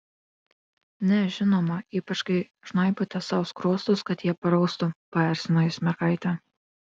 ne žinoma ypač kai žnaibote sau skruostus kad jie paraustų paerzino jis mergaitę